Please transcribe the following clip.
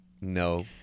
No